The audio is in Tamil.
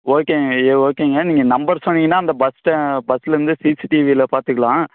ஓகேங்க ஓகேங்க நீங்கள் நம்பர் சொன்னீங்கன்னா அந்த பஸ் பஸ்ஸுலருந்து சிசிடிவியில் பார்த்துக்கலாம்